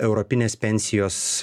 europinės pensijos